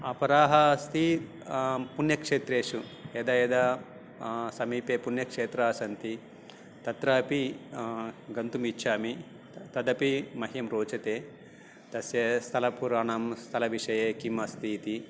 अपराः अस्ति पुण्यक्षेत्रेषु यदा यदा समीपे पुण्यक्षेत्राणि सन्ति तत्रापि गन्तुमिच्छामि तदपि मह्यं रोचते तस्य स्थलपुराणं स्थलविषये किम् अस्ति इति